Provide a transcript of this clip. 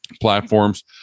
platforms